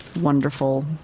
wonderful